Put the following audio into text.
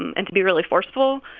and to be really forceful,